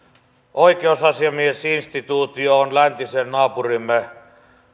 oikeusasiamiesinstituutio on läntisen naapurimme